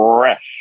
fresh